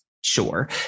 Sure